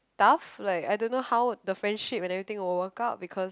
tough like I don't know how the friendship and everything will work out because